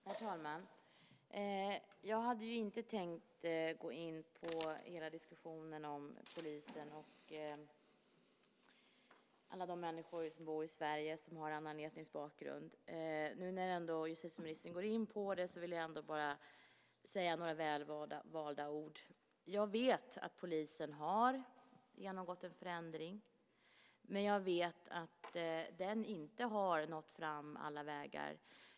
Herr talman! Jag hade inte tänkt gå in på diskussionen om polisen och alla de människor som bor i Sverige och har annan etnisk bakgrund. När nu ändå justitieministern går in på det vill jag säga några väl valda ord. Jag vet att polisen har genomgått en förändring, men jag vet att den inte har nått fram överallt.